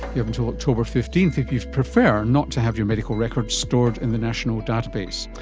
you have until october fifteen if if you'd prefer not to have your medical records stored in the national database.